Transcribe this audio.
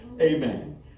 Amen